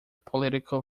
political